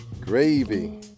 Gravy